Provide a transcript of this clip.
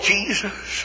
Jesus